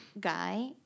guy